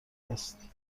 است